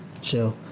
Chill